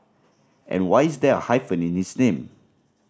and why is there a hyphen in his name